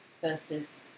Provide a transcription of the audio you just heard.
versus